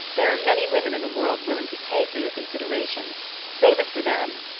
there are many women in the world willing to pay for your consideration save it for them.